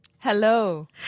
Hello